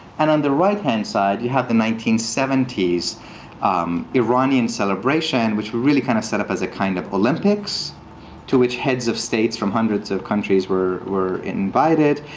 and on the right-hand side, you have the nineteen seventy s iranian celebration, which really kind of set up as a kind of olympics to which heads of states from hundreds of countries were were invited.